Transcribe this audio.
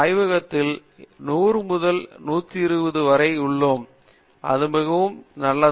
ஆய்வகத்தில் 100 முதல் 120 பேர் வரை உள்ளோம் அது மிகவும் நல்லது